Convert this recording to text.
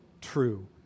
true